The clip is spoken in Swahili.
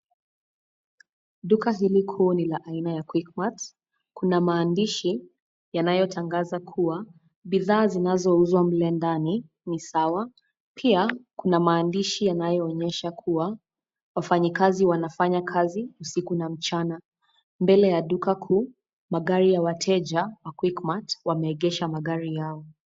Duka zilikuu ni la aina ya Quickmart, kuna maandishi yanayotangaza kuwa bidhaa zinazouzwa mle ndani ni sawa. Pia kuna maandishi yanayoonyesha kuwa, wafanyikazi wanafanya kazi usiku na mchana . Mbele ya duka kuu , magari ya wateja wa quickmart, wameegesha magari yao.